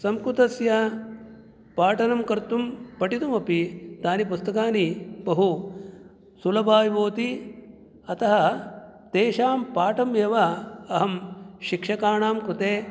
संस्कृतस्य पाठनं कर्तुं पठितुमपि तानि पुस्तकानि बहु सुलभाय भवति अतः तेषां पाठम् एव अहं शिक्षकाणां कृते